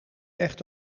echt